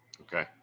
Okay